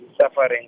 suffering